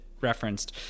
referenced